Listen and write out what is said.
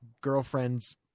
girlfriends